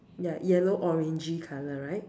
ya yellow orangey color right